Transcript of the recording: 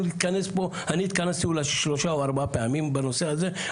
אני התכנסתי אולי שלוש או ארבע פעמים בנושא הזה.